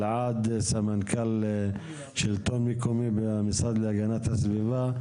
לאלעד סמנכ"ל שלטון מקומי במשרד להגנת הסביבה,